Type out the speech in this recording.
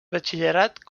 batxillerat